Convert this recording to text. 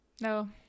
No